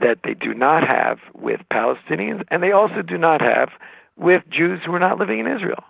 that they do not have with palestinians and they also do not have with jews who are not living in israel.